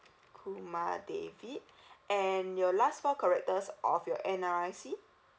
kumar david and your last four characters of your N_R_I_C